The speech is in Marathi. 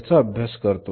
याचा अभ्यास करतो